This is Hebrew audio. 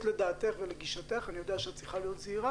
לדעתך ולגישתך אני יודע שאת צריכה להיות זהירה